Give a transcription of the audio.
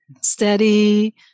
steady